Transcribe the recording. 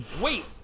Wait